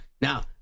now